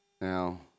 now